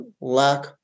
lack